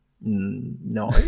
No